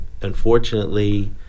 unfortunately